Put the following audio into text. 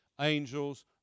angels